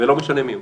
ולא משנה מי הוא